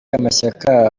amashyaka